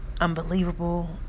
unbelievable